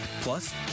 Plus